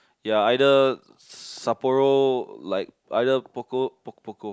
ya either Sapporo like either pokka pokka pokka